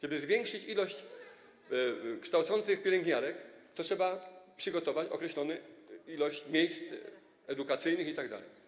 Żeby zwiększyć ilość wykształconych pielęgniarek, trzeba przygotować określoną ilość miejsc edukacyjnych itd.